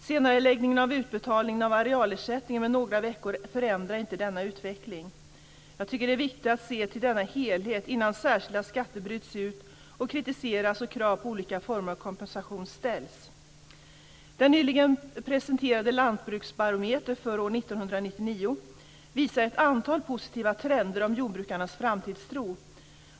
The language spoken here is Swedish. Senareläggningen av utbetalningen av arealersättningen med några veckor förändrar inte denna utveckling. Jag tycker att det är viktigt att se till denna helhet innan särskilda skatter bryts ut och kritiseras och krav på olika former av kompensationer ställs. Den nyligen presenterade Lantbruksbarometern för år 1999 visar ett antal positiva trender om jordbrukarnas framtidstro.